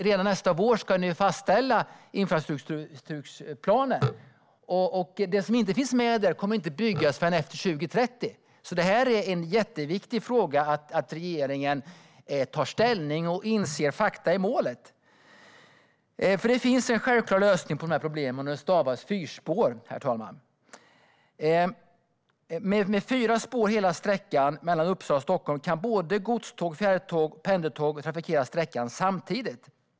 Redan nästa vår ska ni fastställa infrastrukturplanen, och det som inte finns med där kommer inte att byggas förrän efter 2030. Så det är jätteviktigt att regeringen tar ställning och inser fakta i målet. Det finns nämligen en självklar lösning på dessa problem, och den stavas fyrspår, herr talman. Med fyra spår på hela sträckan mellan Uppsala och Stockholm kan såväl godståg och fjärrtåg som pendeltåg trafikera sträckan samtidigt.